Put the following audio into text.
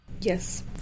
Yes